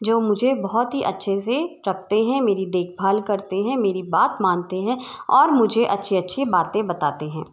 जो मुझे बहुत ही अच्छे से रखते हैं मेरी देखभाल करते हैं मेरी बात मानते हैं और मुझे अच्छी अच्छी बातें बताते हैं